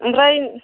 ओमफ्राय